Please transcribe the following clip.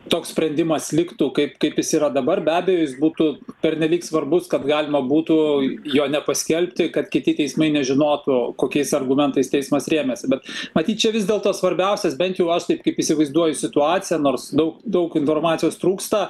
toks sprendimas liktų kaip kaip jis yra dabar be abejo jis būtų pernelyg svarbus kad galima būtų jo nepaskelbti kad kiti teismai nežinotų kokiais argumentais teismas rėmėsi bet matyt čia vis dėlto svarbiausias bent jau aš taip kaip įsivaizduoju situaciją nors daug daug informacijos trūksta